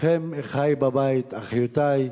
לכם, אחי בבית, אחיותי,